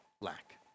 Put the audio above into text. lack